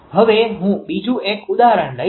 હવે હું બીજું એક ઉદાહરણ લઈશ